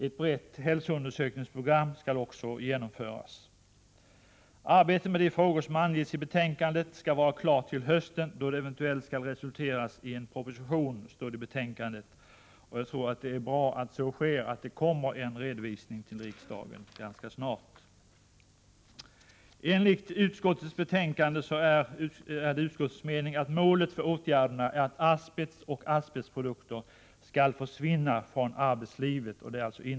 Ett brett hälsoundersökningsprogram skall också genomföras. Arbetet med de frågor som angetts i betänkandet skall vara klart till hösten, då det eventuellt skall resultera i en proposition. Jag tror det är bra att det kommer en redovisning till riksdagen ganska snart. Enligt betänkandet är det utskottets mening att målet för åtgärderna är att asbest och asbestprodukter skall försvinna från näringslivet.